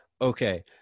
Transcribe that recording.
okay